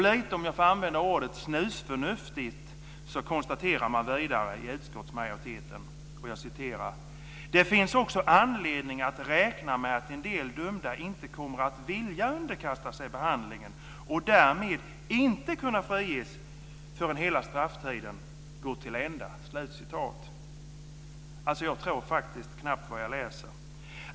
Lite, om jag får använda ordet, snusförnuftigt konstaterar utskottsmajoriteten vidare: "Det finns också anledning att räkna med att en del dömda inte kommer att vilja underkasta sig behandlingen och därmed inte kunna friges förrän hela strafftiden gått till ända." Jag tror knappt vad jag läser.